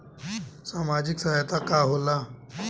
सामाजिक सहायता का होला?